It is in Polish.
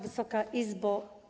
Wysoka Izbo!